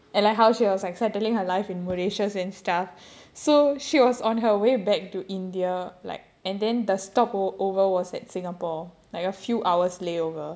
and like how she was like settling her life in malaysia and stuff so she was on her way back to india like and then the stop o~ over was at singapore like a few hours layover